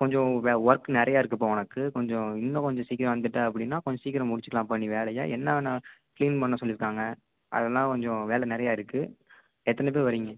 கொஞ்சம் வே ஒர்க் நிறையா இருக்குப்பா உனக்கு கொஞ்சம் இன்னும் கொஞ்சம் சீக்கிரம் வந்துவிட்ட அப்படின்னா கொஞ்சம் சீக்கிரம் முடிச்சுக்கலாம்ப்பா நீ வேலையை என்னென்ன க்ளீன் பண்ண சொல்லியிருக்காங்க அதெல்லாம் கொஞ்சம் வேலை நிறையா இருக்குது எத்தனை பேர் வரீங்க